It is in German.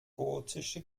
gotische